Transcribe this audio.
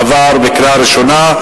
עברה בקריאה ראשונה,